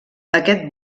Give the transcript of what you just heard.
aquest